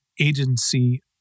agency